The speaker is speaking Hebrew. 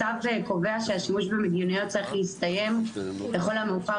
הצו קבוע שזה צריך להסתיים לכל המאוחר